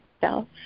self